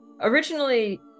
originally